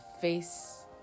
face